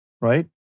right